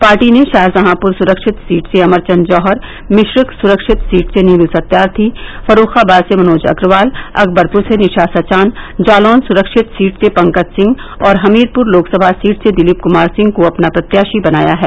party ने शाहजहांपुर सूरक्षित seat से अमर चंद्र जौहर मिश्रिख सुरक्षित सीट से नीलू सत्यार्थी फर्रूखाबाद से मनोज अग्रवाल अकबरपुर से निशा सचान जालौन सुरक्षित सीट से पंकज सिंह और हमीरपुर लोकसमा सीट से दिलीप क्मार सिंह को अपना प्रत्याशी बनाया है